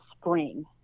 spring